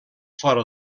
fora